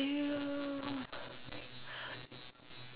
!eww!